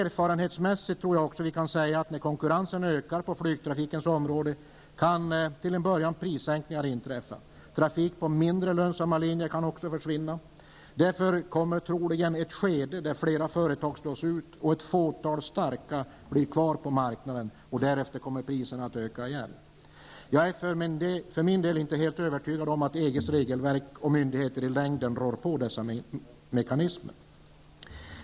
Erfarenhetsmässigt tror jag också att vi kan säga att när konkurrensen ökar på flygtrafikens område, kan till en början prissänkningar inträffa. Trafik på mindre lönsamma linjer kan också försvinna. Därefter kommer troligen ett skede där flera företag slås ut och ett fåtal starka blir kvar på marknaden. Därefter kommer priserna att öka igen. Jag är för min del inte helt övertygad om att EGs regelverk och myndigheter i längden rår på dessa mekanismer.